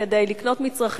כדי לקנות מצרכים.